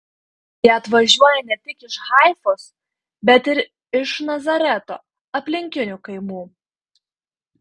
jie atvažiuoja ne tik iš haifos bet ir iš nazareto aplinkinių kaimų